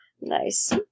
Nice